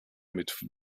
mit